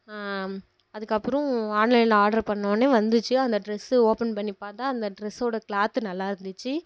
அதுக்கப்புறம் ஆன்லைனில் ஆர்ட்ரு பண்ணொவுன்னே வந்துச்சு அந்த டிரெஸ்ஸு ஓப்பன் பண்ணி பார்த்தா அந்த டிரெஸ்ஸோடு கிளாத்து நல்லா இருந்துச்சு